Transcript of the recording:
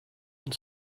and